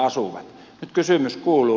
nyt kysymys kuuluu